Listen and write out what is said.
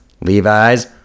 Levi's